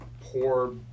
poor